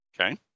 Okay